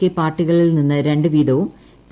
K പാർട്ടികളിൽ നിന്ന് രണ്ടു വീതവും പി